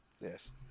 Yes